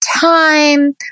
time